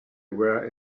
were